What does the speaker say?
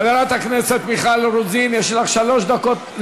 חברת הכנסת מיכל רוזין, יש לך שלוש דקות.